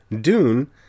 Dune